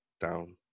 down